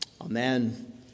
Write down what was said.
amen